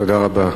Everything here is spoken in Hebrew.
תודה רבה.